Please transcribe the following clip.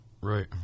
Right